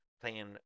playing